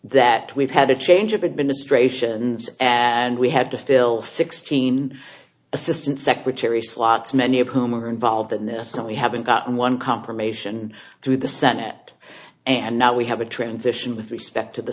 that we've had a change of administrations and we had to fill sixteen assistant secretary slots many of whom are involved in this some we haven't gotten one confirmation through the senate and now we have a transition with respect to the